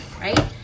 right